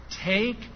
Take